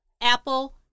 apple